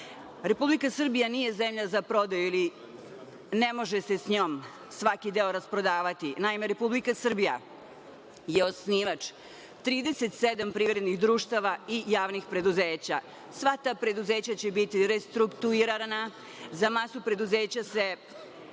mi. Republika Srbija nije zemlja za prodaju. Ne može se sa njom svaki deo rasprodavati. Naime, Republika Srbija je osnivač 37 privrednih društava i javnih preduzeća. Sva ta preduzeća će biti restrukturirana. Za masu preduzeća se